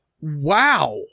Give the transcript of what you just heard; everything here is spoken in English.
wow